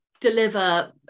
deliver